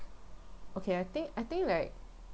okay I think I think like